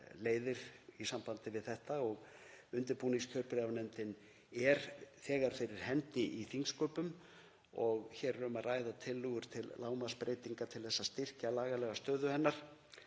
leiðir í sambandi við þetta. Undirbúningskjörbréfanefndin er þegar fyrir hendi í þingsköpum og hér er um að ræða tillögur til lágmarksbreytinga til að styrkja lagalega stöðu hennar.